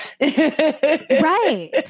right